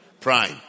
Prime